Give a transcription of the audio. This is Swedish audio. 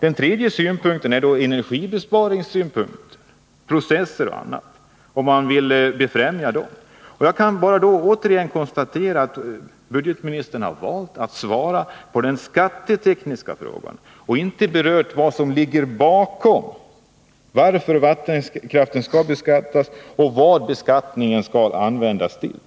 Det är för det tredje fråga om energibesparingar: Vill man befrämja energibesparande processer och liknande? Jag kan då bara konstatera att budgetministern valt att svara på den skattetekniska frågan. Han har däremot inte berört vad som ligger bakom, varför vattenkraften skall beskattas och vad de skattemedlen skall användas till.